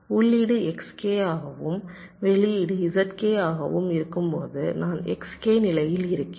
உள்ளீடு Xk ஆகவும் வெளியீடு Zk ஆகவும் இருக்கும் போது நான் Xk நிலையில் இருக்கிறேன்